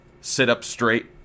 sit-up-straight